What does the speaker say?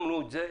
שמנו את זה.